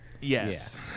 Yes